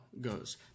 goes